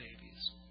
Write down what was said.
babies